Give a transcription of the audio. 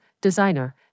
designer